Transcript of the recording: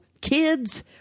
kids